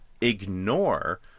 ignore